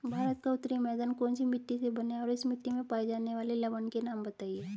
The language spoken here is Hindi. भारत का उत्तरी मैदान कौनसी मिट्टी से बना है और इस मिट्टी में पाए जाने वाले लवण के नाम बताइए?